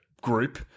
group